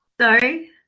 Sorry